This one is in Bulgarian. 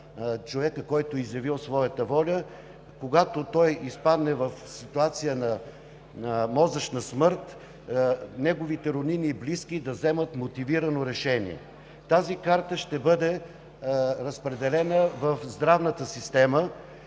човека, който е изявил своята воля – когато той изпадне в ситуация на мозъчна смърт, неговите роднини и близки да вземат мотивирано решение. Тази карта ще бъде разпределена в здравната система